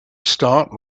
start